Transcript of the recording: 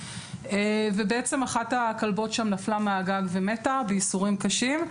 ובעצם אחת הכלבות שם נפלה מהגג ומתה בייסורים קשים.